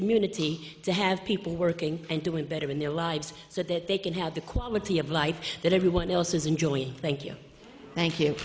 community to have people working and doing better in their lives so that they can have the quality of life that everyone else is enjoying thank you thank you